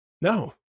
No